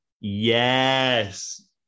Yes